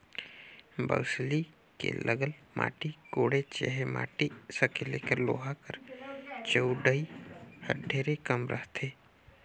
बउसली मे लगल माटी कोड़े चहे माटी सकेले कर लोहा कर चउड़ई हर ढेरे कम रहथे